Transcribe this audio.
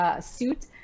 suit